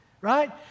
Right